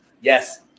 Yes